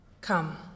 Come